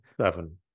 seven